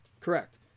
correct